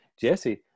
jesse